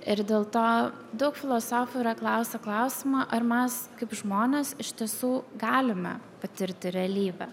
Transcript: ir dėl to daug filosofų yra klausę klausimą ar mes kaip žmonės iš tiesų galime patirti realybę